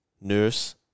nurse